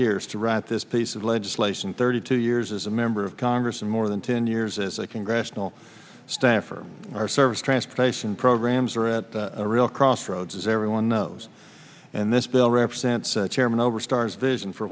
years to write this piece of legislation thirty two years as a member of congress and more than ten years as a congressional staffer our service transportation programs are at a real crossroads as everyone knows and this bill represents chairman over stars vision for